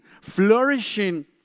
flourishing